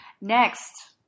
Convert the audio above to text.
Next